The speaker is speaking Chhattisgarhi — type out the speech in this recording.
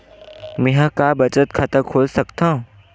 मेंहा कहां बचत खाता खोल सकथव?